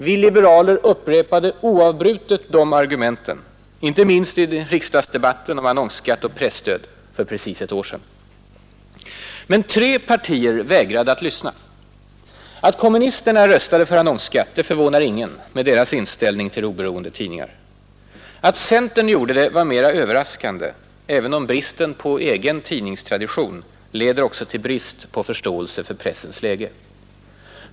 Vi liberaler upprepade oavbrutet de argumenten, inte minst i debatten i riksdagen om annonsskatt och presstöd för precis ett år sedan. 33 Men tre partier vägrade att lyssna. Att kommunisterna röstade för annonsskatt förvånar ingen med deras inställning till oberoende tidningar. Att centern gjorde det var mera överraskande, även om bristen på egen tidningstradition också leder till brist på förståelse för pressens läge.